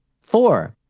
Four